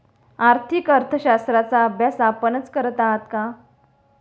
आर्थिक अर्थशास्त्राचा अभ्यास आपणच करत आहात का?